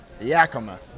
Yakima